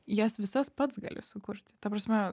jas visas pats gali sukurti ta prasme